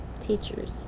teachers